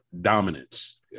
dominance